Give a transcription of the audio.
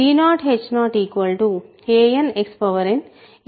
a1X a0